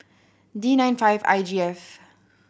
D nine five I G F